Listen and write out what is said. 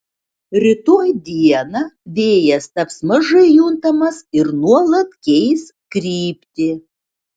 rytoj dieną vėjas taps mažai juntamas ir nuolat keis kryptį